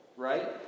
Right